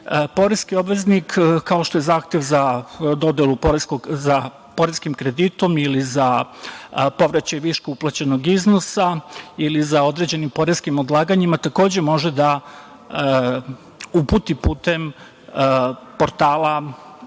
poreski obveznik, kao što je zahtev za dodelu poreskog kredita ili za povraćaj viška uplaćenog iznosa ili za određenim poreskim odlaganjima, takođe može da uputi putem portala